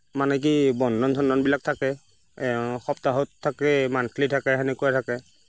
মানে কি বন্ধন চন্ধনবিলাক থাকে এওঁৰ সপ্তাহত থাকেই মান্থলি থাকে সেনেকুৱা থাকে